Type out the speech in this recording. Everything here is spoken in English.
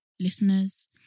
Listeners